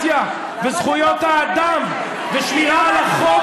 שמדברים בשם הדמוקרטיה וזכויות האדם ושמירה על החוק,